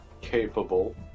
capable